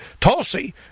Tulsi